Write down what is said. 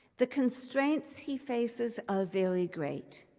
the constraints he faces are very great.